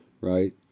Right